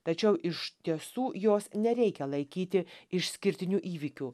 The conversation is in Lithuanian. tačiau iš tiesų jos nereikia laikyti išskirtiniu įvykiu